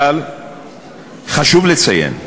אבל חשוב לציין,